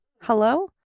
Hello